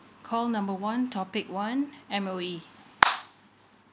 call number one topic one M_O_E